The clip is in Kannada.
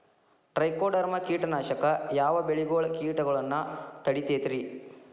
ಟ್ರೈಕೊಡರ್ಮ ಕೇಟನಾಶಕ ಯಾವ ಬೆಳಿಗೊಳ ಕೇಟಗೊಳ್ನ ತಡಿತೇತಿರಿ?